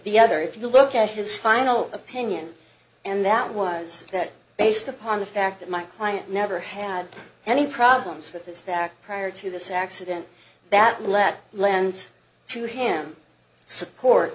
the other if you look at his final opinion and that was that based upon the fact that my client never had any problems with this fact prior to this accident that let lent to him support